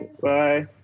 Bye